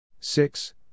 six